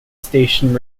stations